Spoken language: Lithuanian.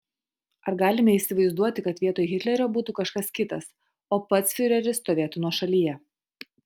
ar galime įsivaizduoti kad vietoj hitlerio būtų kažkas kitas o pats fiureris stovėtų nuošalyje